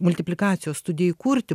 multiplikacijos studijai įkurti